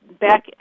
back